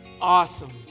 Awesome